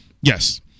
Yes